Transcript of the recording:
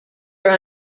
are